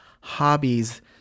hobbies